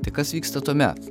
tai kas vyksta tuomet